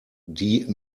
die